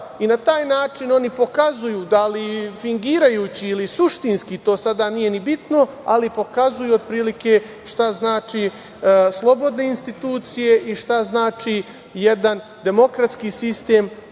taj način oni pokazuju, da li fingirajući ili suštinski, to sada nije ni bitno, ali pokazuju otprilike šta znače slobodne institucije i šta znači jedan demokratski sistem